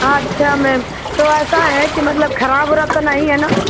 अच्छा मैम तो ऐसा हैं कि मतलब खराब ओराब तो नहीं है ना